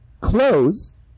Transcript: close